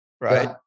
right